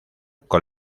con